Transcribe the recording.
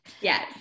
Yes